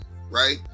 right